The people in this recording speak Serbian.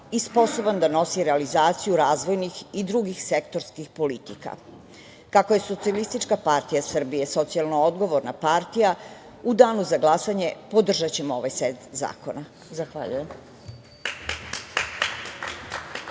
i sposoban da nosi realizaciju razvojnih i drugih sektorskih politika. Kako je SPS socijalno odgovorna partija u danu za glasanje podržaćemo ovaj set zakona. Zahvaljujem.